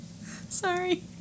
Sorry